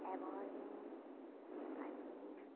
एभोन अनि